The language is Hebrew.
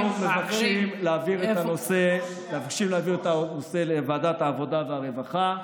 אנחנו מבקשים להעביר את הנושא לוועדת העבודה והרווחה.